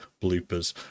bloopers